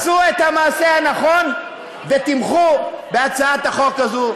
עשו את המעשה הנכון ותמכו בהצעת החוק הזאת.